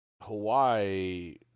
Hawaii